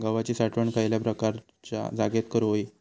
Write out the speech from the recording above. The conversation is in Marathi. गव्हाची साठवण खयल्या प्रकारच्या जागेत करू होई?